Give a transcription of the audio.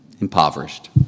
impoverished